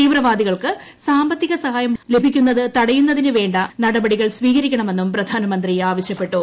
തീവ്രവാദികൾക്ക് സാമ്പത്തിക സഹായംലഭിക്കുന്നത്തടയുന്നതിന് വേ നടപടികൾസ്വീകരിക്കണമെന്നും പ്രധാനമന്ത്രി ആവശ്യപ്പെട്ടു